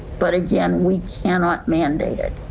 but again we cannot mandated.